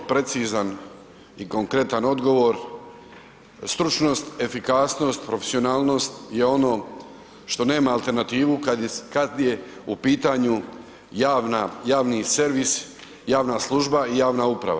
Vrlo precizan i konkretan odgovor, stručnost, efikasnost, profesionalnost je ono što nema alternativu kada je u pitanju javni servis, javna služba i javna uprava.